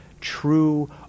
true